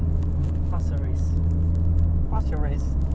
mm pasir ris pasir ris